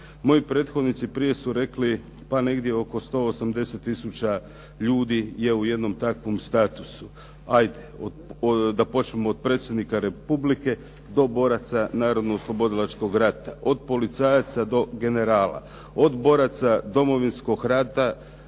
Moji prethodnici prije su rekli pa negdje oko 180 tisuća ljudi je u jednom takvom statusu. Da počnemo od predsjednika Republike do boraca narodnooslobodilačkog rata, od policajaca do generala, od boraca Domovinskog rata